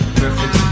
perfect